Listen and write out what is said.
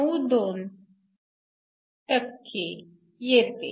92 येते